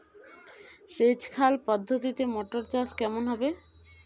সেচ খাল পদ্ধতিতে মটর চাষ কেমন হবে?